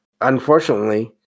unfortunately